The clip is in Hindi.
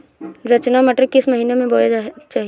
रचना मटर किस महीना में बोना चाहिए?